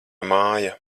māja